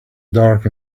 dark